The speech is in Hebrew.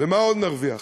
ומה עוד נרוויח?